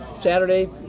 Saturday